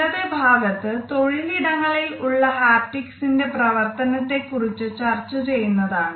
ഇന്നത്തെ ഭാഗത്ത് തൊഴിൽ ഇടങ്ങളിൽ ഉള്ള ഹാപ്റ്റിക്സിന്റേ പ്രവർത്തനത്തെ കുറിച്ച് ചർച്ച ചെയ്യുന്നതാണ്